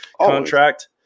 contract